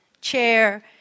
chair